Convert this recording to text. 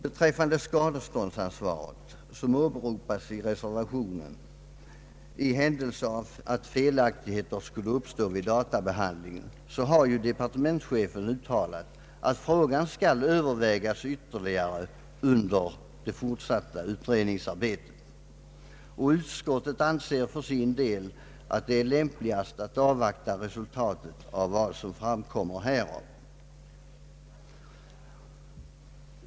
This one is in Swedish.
Beträffande skadeståndsansvaret, som åberopas i reservation IV, i händelse av att felaktigheter skulle uppstå vid databehandlingen har <departementschefen uttalat att frågan skall övervägas ytterligare under det fortsatta utredningsarbetet. Utskottet anser för sin del att det är lämpligast att avvakta resultatet av vad som framkommer härav.